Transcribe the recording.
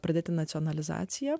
pradėti nacionalizaciją